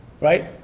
right